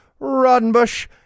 roddenbush